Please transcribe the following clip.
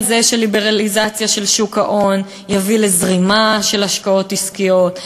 זה שליברליזציה של שוק ההון תביא לזרימה של השקעות עסקיות,